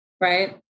right